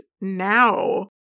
now